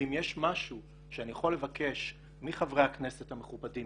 ואם יש משהו שאני יכול לבקש מחברי הכנסת המכובדים